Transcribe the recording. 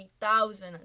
thousand